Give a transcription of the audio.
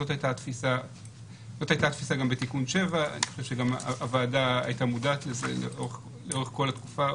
זאת הייתה התפיסה גם בתיקון 7. הוועדה הייתה מודעת לזה לאורך כל התקופה,